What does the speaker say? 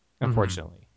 unfortunately